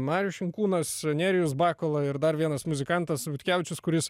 marius šinkūnas nerijus bakula ir dar vienas muzikantas butkevičius kuris